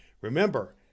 Remember